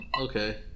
Okay